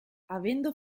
avendo